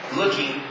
looking